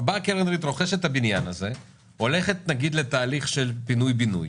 כשקרן ריט רוכשת את הבניין הזה והולכת לתהליך של פינוי ובינוי,